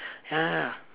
ya ya